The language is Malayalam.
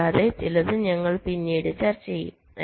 കൂടാതെ ചിലത് ഞങ്ങൾ പിന്നീട് ചർച്ച ചെയ്യും